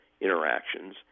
interactions